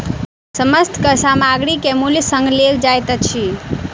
समस्त कर सामग्री के मूल्य संग लेल जाइत अछि